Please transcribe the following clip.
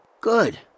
Good